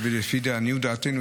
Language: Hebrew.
לפי עניות דעתנו,